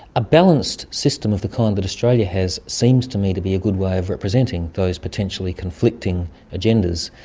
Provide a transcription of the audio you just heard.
a balanced system of the kind that australia has seems to me to be a good way of representing those potentially conflicting agendas.